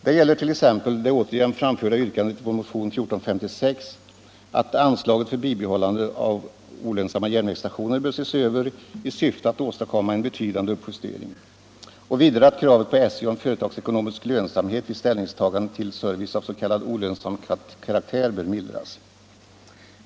Det gäller t.ex. det i motionen 1456 framförda yrkandet att anslaget för bibehållande av olönsamma järnvägsstationer skall ses över i syfte att åstadkomma en betydande justering. Det gäller också yrkandet och kravet på SJ i fråga om företagsekonomisk lönsamhet vid ställningstaganden till service av s.k. olönsam karaktär skall mildras.